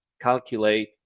calculate